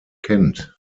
kennt